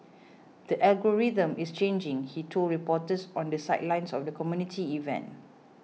the algorithm is changing he told reporters on the sidelines of the community event